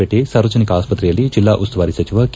ಪೇಟಿ ಸಾರ್ವಜನಿಕ ಆಸ್ಪತ್ರೆಯಲ್ಲಿ ಜಿಲ್ಲಾ ಉಸ್ತುವಾರಿ ಸಚಿವ ಕೆ